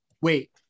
Wait